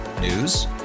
News